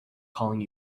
calling